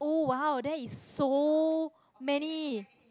!oh wow! that is so many